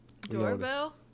Doorbell